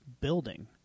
building